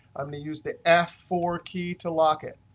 i'm going to use the f four key to lock it.